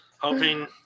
Hoping